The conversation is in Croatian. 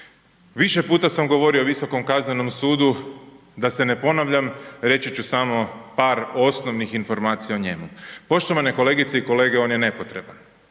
Više puta sam govorio o Visokom kaznenom sudu, da se ne ponavljam, reći ću samo par osnovnih informacija o njemu, poštovane kolegice i kolege on je nepotreban.